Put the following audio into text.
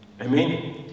Amen